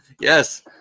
yes